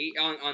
on